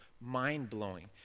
mind-blowing